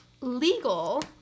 legal